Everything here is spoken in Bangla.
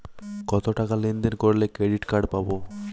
কতটাকা লেনদেন করলে ক্রেডিট কার্ড পাব?